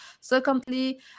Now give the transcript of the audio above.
Secondly